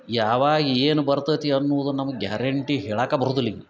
ಯಾವಾಗ ಏನು ಬರ್ತತಿ ಅನ್ನುದು ನಮ್ಗೆ ಗ್ಯಾರಂಟಿ ಹೇಳಕ್ಕೆ ಬರುದಿಲ್ಲ ಈಗ